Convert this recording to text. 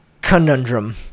conundrum